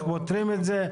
איך פותרים את זה.